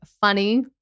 funny